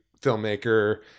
filmmaker